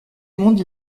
monde